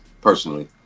personally